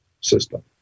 system